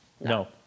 No